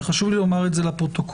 וחשוב לי לומר את זה לפרוטוקול,